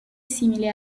simile